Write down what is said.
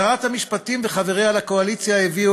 שרת המשפטים וחבריה לקואליציה הביאו